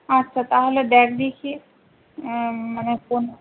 আচ্ছা তাহলে দেখ দেখি মানে কোন